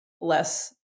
less